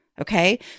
Okay